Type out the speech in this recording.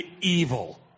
evil